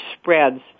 spreads